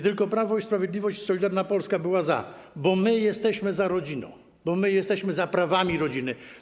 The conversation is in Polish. Tylko Prawo i Sprawiedliwość i Solidarna Polska była za, bo my jesteśmy za rodziną, bo my jesteśmy za prawami rodziny.